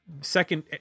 second